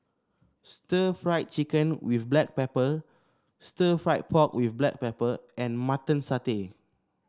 stir Fry Chicken with Black Pepper stir fry pork with Black Pepper and Mutton Satay